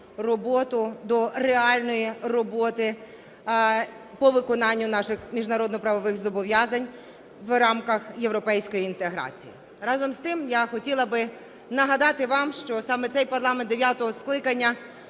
роботу реальної роботи по виконанню наших міжнародно-правових зобов'язань в рамках європейської інтеграції. Разом з тим я хотіла би нагадати вам, що саме цей парламент дев'ятого скликання